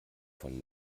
von